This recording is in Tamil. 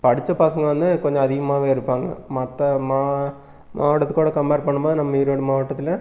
படித்த பசங்க வந்து கொஞ்சம் அதிகமாகவே இருப்பாங்க மற்ற மா மாவட்டத்தக்கூட கம்மபர் பண்ணும்போது நம்ம ஈரோடு மாவட்டத்தில்